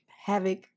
Havoc